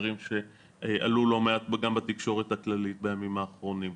דברים שעלו לא מעט גם בתקשורת הכללית בימים האחרונים.